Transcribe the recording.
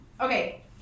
Okay